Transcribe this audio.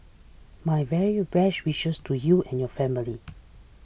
my very best wishes to you and your family